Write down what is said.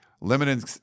limiting